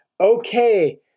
okay